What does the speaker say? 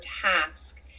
task